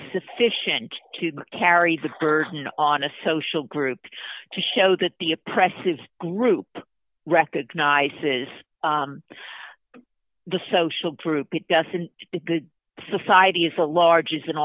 sufficient to carry the burden on a social group to show that the oppressive group recognizes the social group it doesn't because society is a large is an